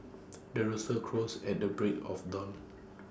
the rooster crows at the break of dawn